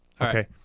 Okay